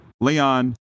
Leon